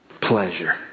pleasure